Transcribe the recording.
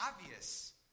obvious